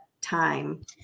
Time